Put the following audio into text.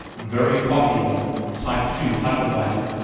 very popular type two hypervisor.